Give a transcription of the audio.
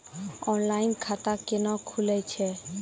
Online खाता केना खुलै छै?